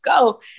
go